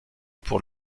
pour